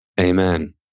Amen